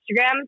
Instagram